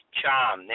charm